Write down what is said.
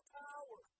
power